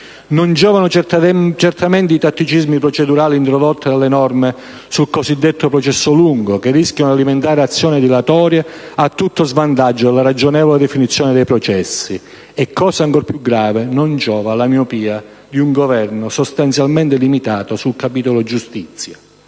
Non giovano certamente i tatticismi procedurali introdotti dalle norme sul cosiddetto processo lungo che rischiano di alimentare azioni dilatorie a tutto svantaggio della ragionevole definizione dei processi e, cosa ancor più grave, non giova la miopia di un Governo, sostanzialmente limitato sul capitolo giustizia.